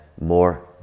more